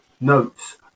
notes